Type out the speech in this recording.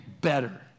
better